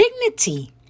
dignity